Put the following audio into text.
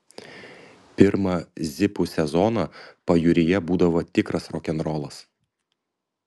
pirmą zipų sezoną pajūryje būdavo tikras rokenrolas